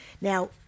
Now